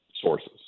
sources